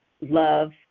Love